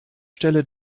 stelle